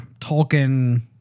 Tolkien